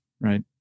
right